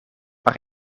maar